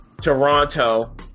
Toronto